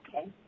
Okay